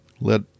let